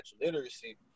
literacy